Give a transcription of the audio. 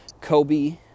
Kobe